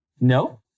No